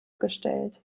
gestellt